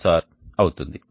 ωSR అవుతుంది